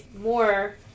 more